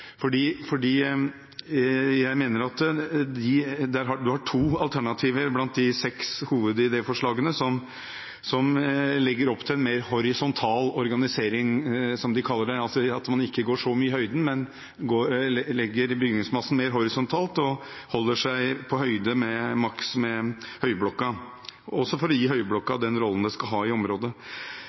har to alternativer blant de seks hovedidéforslagene som legger opp til en mer horisontal organisering, som de kaller det, altså at man ikke går så mye i høyden, men legger bygningsmassen mer horisontalt og holder seg på høyde maks med Høyblokka, også for å gi Høyblokka den rollen den skal ha i området.